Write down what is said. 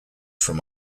from